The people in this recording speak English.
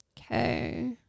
Okay